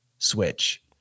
switch